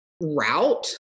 route